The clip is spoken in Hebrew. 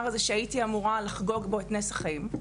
הזה שהייתי אמורה לחגוג בו את נס החיים,